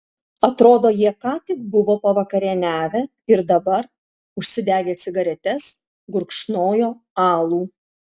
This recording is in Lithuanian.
atrodo jie ką tik buvo pavakarieniavę ir dabar užsidegę cigaretes gurkšnojo alų